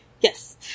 Yes